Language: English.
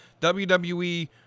WWE